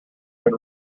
been